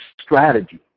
strategy